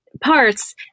parts